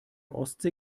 ostsee